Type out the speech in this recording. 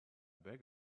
beg